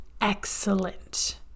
excellent